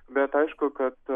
bet aišku kad